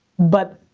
but,